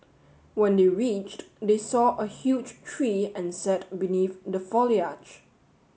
when they reached they saw a huge tree and sat beneath the foliage